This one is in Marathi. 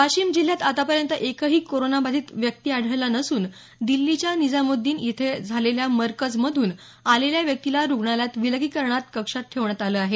वाशिम जिल्ह्यात आतापर्यंत एकही कोरोना बाधित व्यक्ती आढळला नसून दिल्लीच्या निझामोद्दीन इथं झालेल्या मरकज मधून आलेल्या व्यक्तीला रुग्णालयात विलगीकरण कक्षात ठेवण्यात आलं आहे